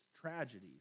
tragedies